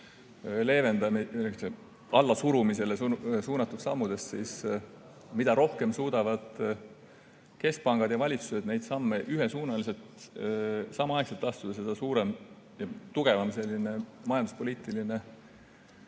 ja allasurumisele suunatud sammudest, siis mida rohkem suudavad keskpangad ja valitsused neid samme ühes suunas samaaegselt astuda, seda suurem ja tugevam selline majanduspoliitiliste